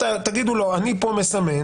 תגידו לו: אני פה מסמן,